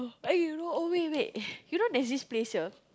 eh you know oh wait wait you know there's this place here